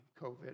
COVID